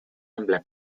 emblem